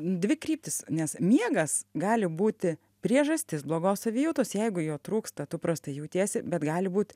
dvi kryptis nes miegas gali būti priežastis blogos savijautos jeigu jo trūksta tu prastai jautiesi bet gali būt